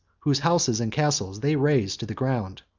whose houses and castles they razed to the ground.